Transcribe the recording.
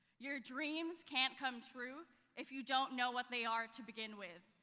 your dreams can't come true if you don't know what they are to begin with.